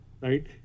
right